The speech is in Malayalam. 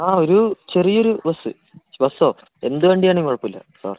ആ ഒരു ചെറിയൊരു ബസ് ബസ്സോ എന്തു വണ്ടി ആണേലും കുഴപ്പമില്ല ആ